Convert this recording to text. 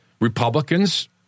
Republicans